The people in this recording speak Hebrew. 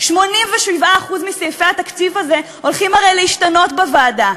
87% מסעיפי התקציב הזה הולכים הרי להשתנות בוועדה.